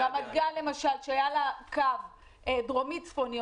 ברמת גן היה קו דרומי צפוני,